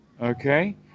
Okay